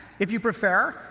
if you prefer,